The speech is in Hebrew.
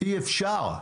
אי-אפשר.